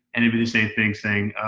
it'd be the same thing saying,